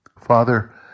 Father